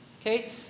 Okay